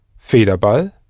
Federball